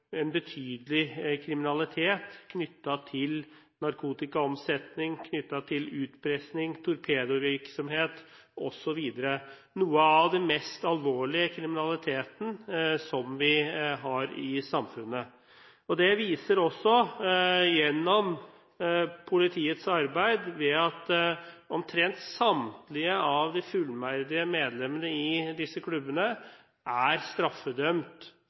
en betydelig kriminalitet knyttet til narkotikaomsetning, utpressing, torpedovirksomhet osv. – noe av den mest alvorlige kriminaliteten som vi har i samfunnet. Politiets arbeid viser også at omtrent samtlige av de fullverdige medlemmene i disse klubbene er straffedømt